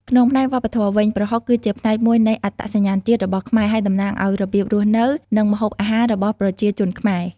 ក្នុងផ្នែកវប្បធម៌វិញ ប្រហុកគឺជាផ្នែកមួយនៃ អត្តសញ្ញាណជាតិ របស់ខ្មែរ ហើយតំណាងឱ្យរបៀបរស់នៅ និងម្ហូបអាហាររបស់ប្រជាជនខ្មែរ។